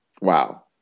Wow